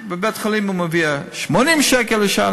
בבית-החולים הוא מרוויח 80 שקל לשעה,